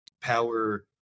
power